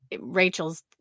Rachel's